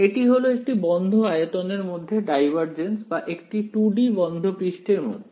এটি হলো একটি বন্ধ আয়তনের মধ্যে ডাইভারজেন্স বা একটি 2D বন্ধ পৃষ্ঠের মধ্যে